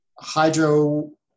hydro